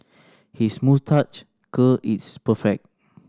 his moustache curl is perfect